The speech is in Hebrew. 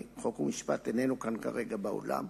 חוק ומשפט איננו כאן כרגע באולם,